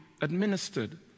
administered